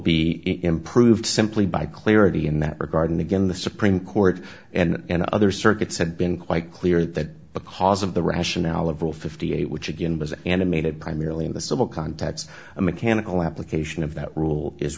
be improved simply by clarity in that regard and again the supreme court and other circuits had been quite clear that because of the rationale of all fifty eight which again was animated primarily in the civil contacts a mechanical application of that rule is